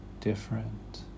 different